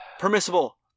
Permissible